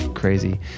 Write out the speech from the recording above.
crazy